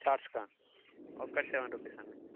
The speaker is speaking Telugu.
ఛార్ట్స్కా ఒకటి సెవన్ రూపీస్ అండి